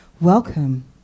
welcome